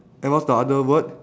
and what's the other word